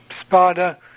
spada